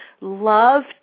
love